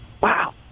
wow